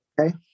okay